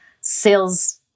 sales